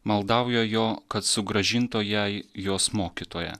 maldauja jo kad sugrąžintų jai jos mokytoją